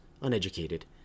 uneducated